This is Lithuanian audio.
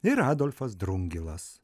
ir adolfas drungilas